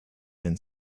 been